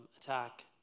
attack